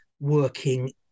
working